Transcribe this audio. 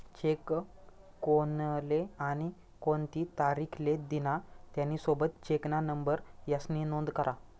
check कोनले आणि कोणती तारीख ले दिना, त्यानी सोबत चेकना नंबर यास्नी नोंद करा